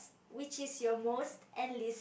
which is your most and least